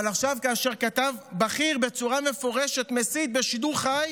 אבל עכשיו, כאשר כתב בכיר מסית בשידור חי